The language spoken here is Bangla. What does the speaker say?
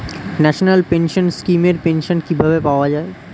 ন্যাশনাল পেনশন স্কিম এর পেনশন কিভাবে পাওয়া যায়?